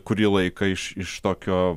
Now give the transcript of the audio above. kurį laiką iš tokio